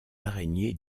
araignées